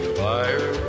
fire